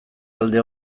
alde